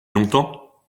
longtemps